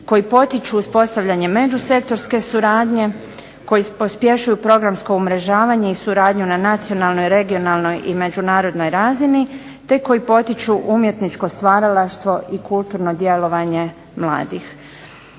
koji potiču uspostavljanje među sektorske suradnje, koji pospješuju programsko umrežavanje i suradnju na nacionalnoj, regionalnoj i međunarodnoj razini, te koji potiču umjetničko stvaralaštvo i kulturno djelovanje mladih.